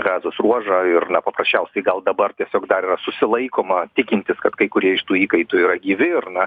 gazos ruožą ir paprasčiausiai gal dabar tiesiog dar yra susilaikoma tikintis kad kai kurie iš tų įkaitų yra gyvi ir na